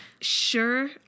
Sure